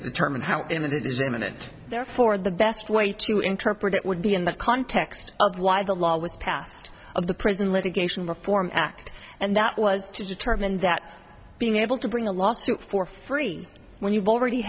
determine how it is a minute therefore the best way to interpret it would be in the context of why the law was passed of the prison litigation reform act and that was to determine that being able to bring a lawsuit for free when you've already